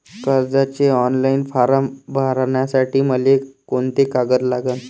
कर्जाचे online form भरासाठी मले कोंते कागद लागन?